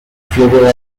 دوستیابی